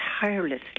tirelessly